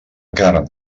carn